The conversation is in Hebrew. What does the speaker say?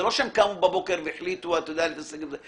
זה לא שהם קמו בבוקר והחליטו להתעסק עם זה.